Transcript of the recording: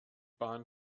bahn